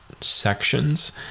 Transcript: sections